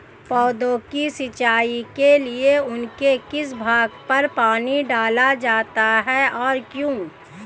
पौधों की सिंचाई के लिए उनके किस भाग पर पानी डाला जाता है और क्यों?